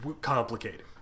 complicated